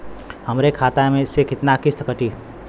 हमरे खाता से कितना किस्त कटी?